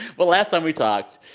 well, last time we talked,